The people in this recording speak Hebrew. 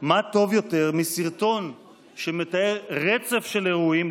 מה טוב יותר מסרטון שמתאר רצף של אירועים,